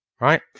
Right